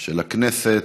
של הכנסת.